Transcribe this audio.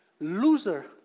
Loser